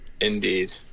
Indeed